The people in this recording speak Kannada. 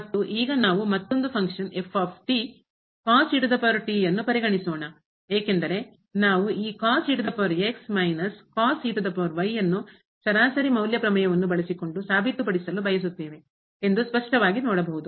ಮತ್ತು ಈಗ ನಾವು ಮತ್ತೊಂದು ಫಂಕ್ಷನ್ ಕಾರ್ಯ ಪರಿಗಣಿಸೋಣ ಏಕೆಂದರೆ ನಾವು ಈ ಸರಾಸರಿ ಮೌಲ್ಯ ಪ್ರಮೇಯವನ್ನು ಬಳಸಿಕೊಂಡು ಸಾಬೀತುಪಡಿಸಲು ಬಯಸುತ್ತೇವೆ ಎಂದು ಸ್ಪಷ್ಟವಾಗಿ ನೋಡಬಹುದು